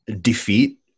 defeat